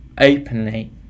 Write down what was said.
openly